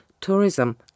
tourism